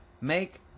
Make